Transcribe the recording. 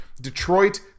Detroit